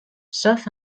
sauf